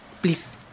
please